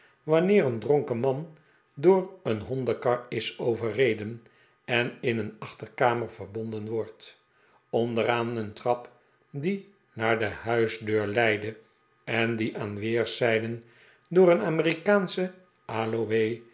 wanneer een dronkenman door een hondenkar is overreden en in een achterkamer verbonden wordt onder aan een trap die naar de huisdeur leidde en die aan weerszijden door een amerikaansche